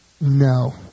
No